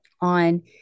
on